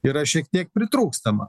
yra šiek tiek pritrūkstama